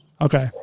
Okay